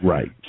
Right